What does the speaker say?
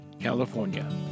California